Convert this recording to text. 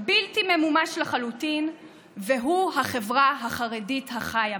בלתי ממומש לחלוטין והוא החברה החרדית החיה בה,